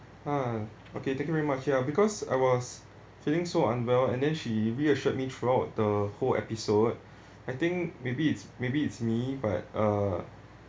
ah okay thank you very much ya because I was feeling so unwell and then she reassured me throughout the whole episode I think maybe it's maybe it's me but uh